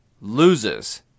loses